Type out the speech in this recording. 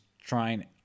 trying